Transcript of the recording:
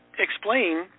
explain